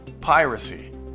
piracy